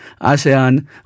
ASEAN